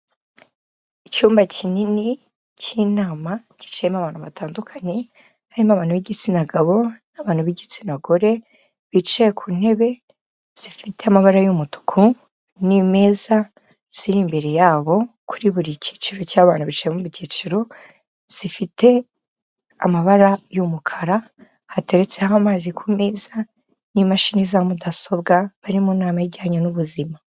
Icyumba kinini cy'inama kicayemo abantu batandukanye harimo abantu b'igitsina gabo n'abantu b'igitsina gore, bicaye ku ntebe zifite amabara y'umutuku n'imeza ziri imbere yabo kuri buri cyiciro cy'abantu bicaye mu byiciro, zifite amabara y'umukara, hateretseho amazi ku meza n'imashini za mudasobwa bari mu nama ijyanye n'ubuzima.